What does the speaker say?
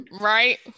right